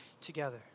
together